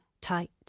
tight